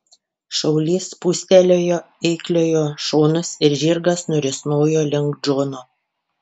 šaulys spūstelėjo eikliojo šonus ir žirgas nurisnojo link džono